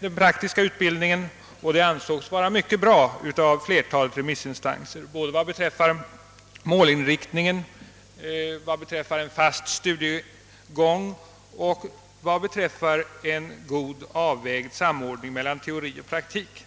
den praktiska utbildningen. Förslaget ansågs av flertalet remissinstanser vara mycket bra både vad beträffar målinriktning, en fast studiegång och en avvägd samordning mellan teori och praktik.